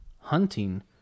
hunting